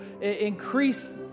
increase